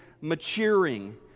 maturing